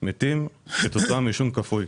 מתוכם מתים כתוצאה מעישון כפוי.